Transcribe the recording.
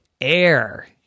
air